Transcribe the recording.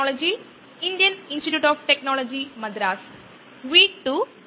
കഴിഞ്ഞ പ്രഭാഷണത്തിൽ ഒരു പ്രാക്ടീസ് പ്രോബ്ലെത്തിനുള്ള പരിഹാരം നമ്മൾ പരിശോധിച്ചു പ്രാക്ടീസ് പ്രോബ്ലം 2